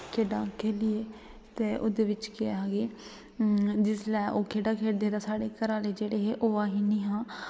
खेढां खे'ल्लियै ते ओह्दे बिच केह् आखगे जिसलै ओह् खेढां खेढदे हे ते साढ़े घर आह्ले जेह्ड़े हे ओह् असें निं हा